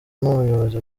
n’ubuyobozi